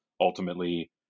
ultimately